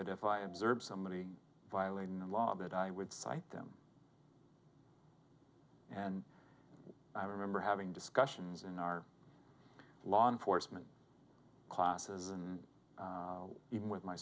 i observed somebody violating the law that i would cite them and i remember having discussions in our law enforcement classes and even with my